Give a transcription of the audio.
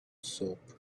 soap